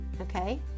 okay